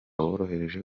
woroheje